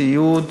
סיעוד